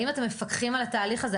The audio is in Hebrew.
האם אתם מפקחים על התהליך הזה?